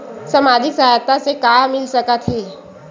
सामाजिक सहायता से का मिल सकत हे?